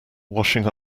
washing